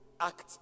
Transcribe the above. act